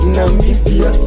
Namibia